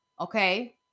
okay